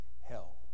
hell